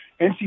NC